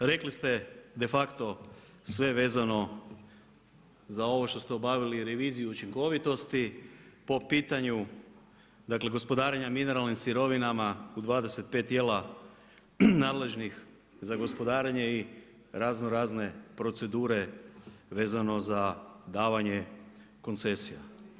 Pa evo, rekli ste de facto sve vezano za ovo što ste obavili reviziju učinkovitosti, po pitanju, dakle, gospodarenja mineralnim sirovinama u 25 tijela, nadležnih za gospodarenje i razno razne procedure vezano za davanje koncesija.